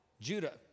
Judah